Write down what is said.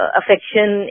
affection